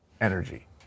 energy